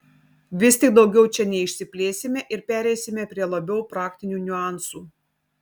vis tik daugiau čia neišsiplėsime ir pereisime prie labiau praktinių niuansų